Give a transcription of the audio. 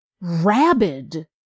rabid